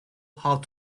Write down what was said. how